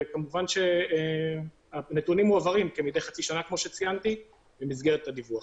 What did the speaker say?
וכמובן שהנתונים מועברים מדי חצי שנה במסגרת הדיווח.